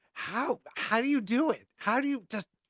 how, how do you do it? how do you just,